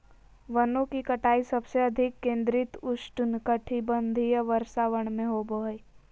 वनों की कटाई सबसे अधिक केंद्रित उष्णकटिबंधीय वर्षावन में होबो हइ